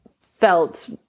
felt